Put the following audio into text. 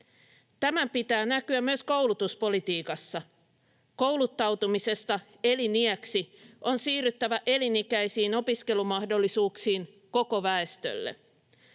Tämän pitää näkyä myös koulutuspolitiikassa. Kouluttautumisesta eliniäksi on siirryttävä elinikäisiin opiskelumahdollisuuksiin koko väestölle.